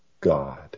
God